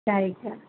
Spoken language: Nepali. चाहिएको छ